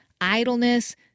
idleness